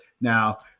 Now